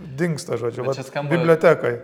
dingsta žodžiu vat bibliotekoj